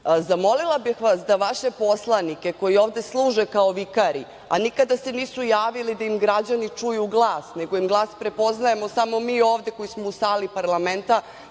Zamolila bih vas da vaše poslanike, koji ovde služe kao vikari, a nikada se nisu javili da im građani čuju glas, nego im glas prepoznajemo samo mi ovde koji smo u sali parlamenta,